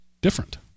different